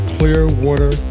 Clearwater